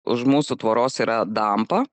už mūsų tvoros yra dampa